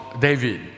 David